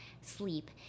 sleep